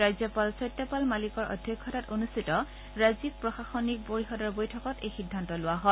ৰাজ্যপাল সত্যপাল মালিকৰ অধ্যক্ষতাত অনুষ্ঠিত ৰাজ্যিক প্ৰশাসনিক পৰিষদৰ বৈঠকত এই সিদ্ধান্ত লোৱা হয়